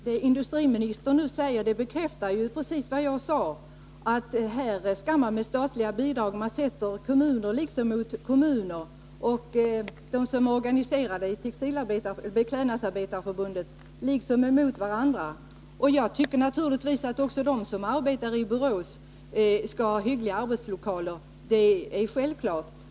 Herr talman! Vad industriministern nu säger bekräftar just det som jag sade, nämligen att man sätter kommun mot kommun och dem som är organiserade i Beklädnadsarbetarnas förbund mot varandra. Naturligtvis skall också de som arbetar i Borås ha hyggliga arbetslokaler.